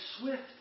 swift